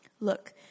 Look